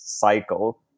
cycle